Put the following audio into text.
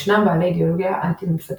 ישנם בעלי אידאולוגיה אנטי ממסדית,